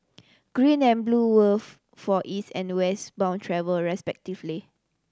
green and blue were for East and West bound travel respectively